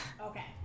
Okay